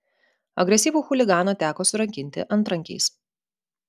agresyvų chuliganą teko surakinti antrankiais